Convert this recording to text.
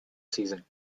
season